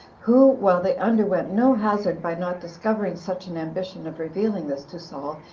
who, while they underwent no hazard by not discovering such an ambition of revealing this to saul,